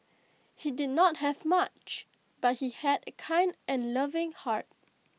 he did not have much but he had A kind and loving heart